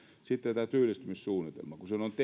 sitten tämä työllistymissuunnitelma